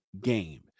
game